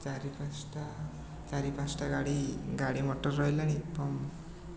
ଚାରି ପାଞ୍ଚଟା ଚାରି ପାଞ୍ଚଟା ଗାଡ଼ି ଗାଡ଼ି ମଟର ରହିଲାଣି ଏବଂ